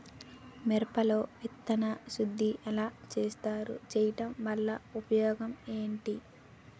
మిరప లో విత్తన శుద్ధి ఎలా చేస్తారు? చేయటం వల్ల ఉపయోగం ఏంటి?